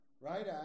right